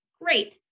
great